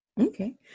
okay